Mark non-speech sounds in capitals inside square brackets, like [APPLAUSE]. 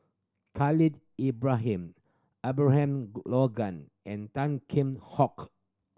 [UNINTELLIGIBLE] Ibrahim Abraham Logan and Tan Kheam Hock